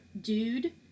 dude